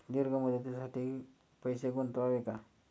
दीर्घ मुदतीसाठी पैसे गुंतवावे का?